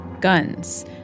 Guns